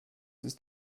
ist